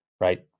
Right